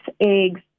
eggs